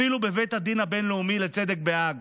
אפילו בבית הדין הבין-לאומי לצדק בהאג